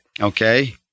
Okay